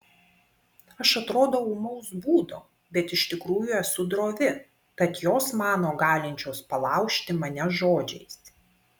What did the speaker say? aš atrodau ūmaus būdo bet iš tikrųjų esu drovi tad jos mano galinčios palaužti mane žodžiais